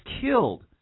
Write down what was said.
killed